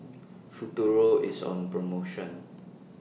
Futuro IS on promotion